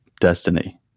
destiny